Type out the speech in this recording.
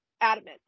adamant